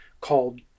called